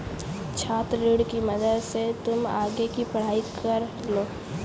छात्र ऋण की मदद से तुम आगे की पढ़ाई कर लो